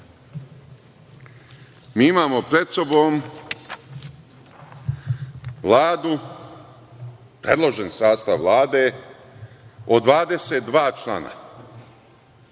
mi imamo pred sobom Vladu, predložen sastav Vlade, od 22 člana.